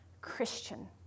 Christian